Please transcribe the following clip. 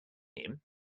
him